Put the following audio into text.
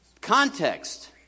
Context